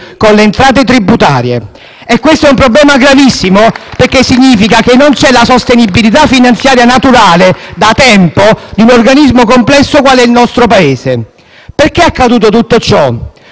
con le entrate tributarie e questo è un problema gravissimo *(Applausi dal Gruppo M5S)*, perché significa che non c'è la sostenibilità finanziaria naturale, da tempo, di un organismo complesso quale è il nostro Paese. Perché è accaduto tutto ciò?